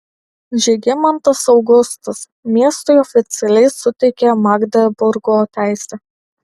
žygimantas augustas miestui oficialiai suteikė magdeburgo teisę